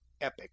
epic